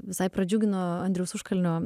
visai pradžiugino andriaus užkalnio